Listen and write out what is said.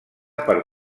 per